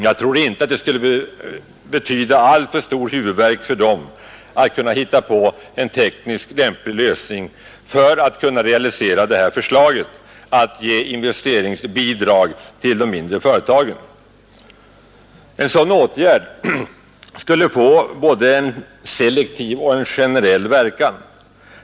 Jag tror inte att det skulle betyda alltför stor huvudvärk för dem att hitta på en tekniskt lämplig lösning för att kunna realisera det här förslaget — att ge investeringsbidrag till de mindre företagen. En sådan åtgärd skulle få både en selektiv och en generell verkan.